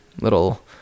little